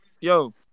Yo